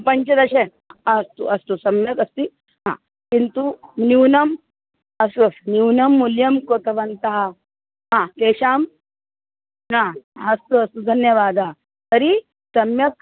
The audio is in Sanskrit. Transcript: पञ्चदश अस्तु अस्तु सम्यक् अस्ति हा किन्तु न्यूनम् अस्तु अस्तु न्यूनं मूल्यं कृतवन्तः हा येषां हा अस्तु अस्तु धन्यवादः तर्हि सम्यक्